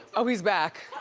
oh, he's back.